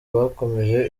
bakomeje